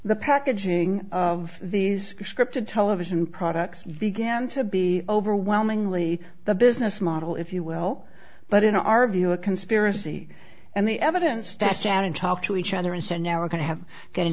the packaging of these scripted television products began to be overwhelmingly the business model if you will but in our view a conspiracy and the evidence to stand and talk to each other and so now we're going to have got in